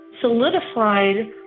solidified